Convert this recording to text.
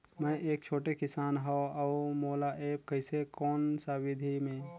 मै एक छोटे किसान हव अउ मोला एप्प कइसे कोन सा विधी मे?